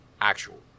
actual